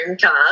car